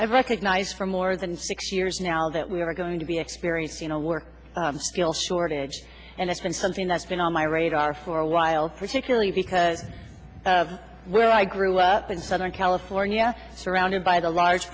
i've recognized for more than six years now that we have going to be experience you know work skills shortage and it's been something that's been on my radar for a while particularly because of where i grew up in southern california surrounded by the large